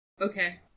Okay